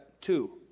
two